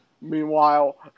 Meanwhile